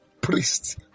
Priests